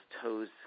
toes